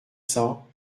cents